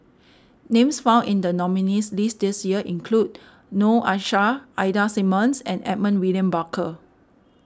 names found in the nominees list this year include Noor Aishah Ida Simmons and Edmund William Barker